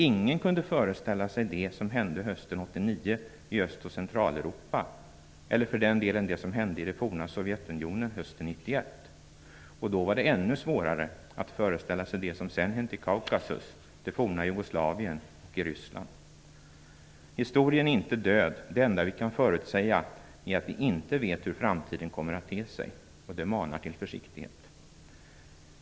Ingen kunde föreställa sig det som hände hösten 1989 i Öst och Centraleuropa eller för den delen det som hände i det forna Sovjetunionen hösten 1991. Och då var det ännu svårare att föreställa sig det som sedan hänt i Kaukasus, det forna Jugoslavien och i Ryssland. Historien är inte död. Det enda vi kan förutsäga är att vi inte vet hur framtiden kommer att te sig. Det manar till försiktighet.